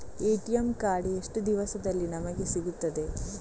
ATM card ಎಷ್ಟು ದಿವಸದಲ್ಲಿ ನಮಗೆ ಸಿಗುತ್ತದೆ?